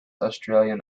australian